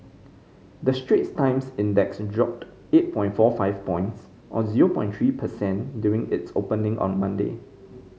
the Straits Times Index dropped eight point four five points or zero point three per cent during its opening on Monday